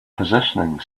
positioning